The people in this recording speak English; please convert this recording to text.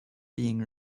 being